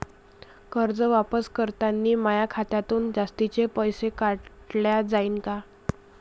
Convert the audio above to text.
कर्ज वापस करतांनी माया खात्यातून जास्तीचे पैसे काटल्या जाईन का?